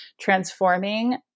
transforming